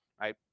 Right